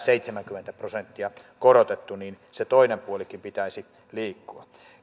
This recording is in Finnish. seitsemänkymmentä prosenttia korotettu niin sen toisenkin puolen pitäisi liikkua